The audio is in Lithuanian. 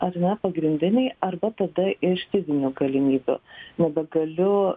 ar ne pagrindiniai arba tada iš fizinių galimybių nebegaliu